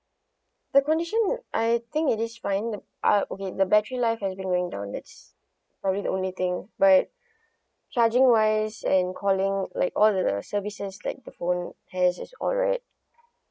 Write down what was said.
the condition I think it is fine ah okay the battery life has been going down that's probably the only thing but charging wise and calling like all the services like the phone has is alright